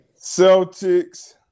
celtics